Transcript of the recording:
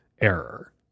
error